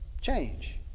change